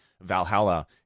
Valhalla